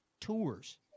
tours